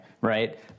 right